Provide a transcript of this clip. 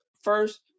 first